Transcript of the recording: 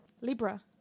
Libra